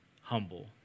humble